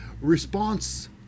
response